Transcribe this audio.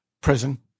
prison